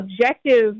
objective